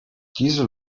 diese